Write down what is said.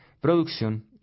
producción